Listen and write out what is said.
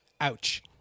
Ouch